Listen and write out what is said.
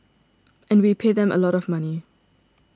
and we pay them a lot of money